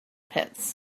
pits